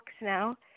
now